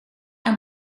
aan